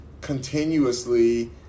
continuously